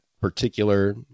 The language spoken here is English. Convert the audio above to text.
particular